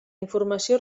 informació